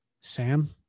Sam